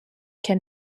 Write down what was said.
can